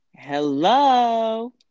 Hello